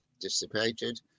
dissipated